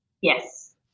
Yes